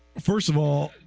first of all,